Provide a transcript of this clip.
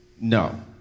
no